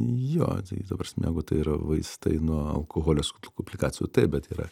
jo tai tai ta prasme jeigu tai yra vaistai nuo alkoholio sukeltų komplikacijų taip bet yra